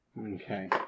Okay